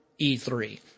E3